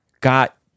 got